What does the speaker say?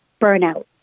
burnout